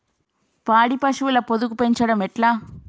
పాడి పశువుల పొదుగు పెంచడం ఎట్లా?